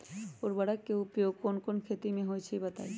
उर्वरक के उपयोग कौन कौन खेती मे होई छई बताई?